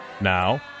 Now